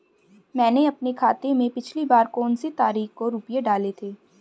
मैंने अपने खाते में पिछली बार कौनसी तारीख को रुपये डाले थे?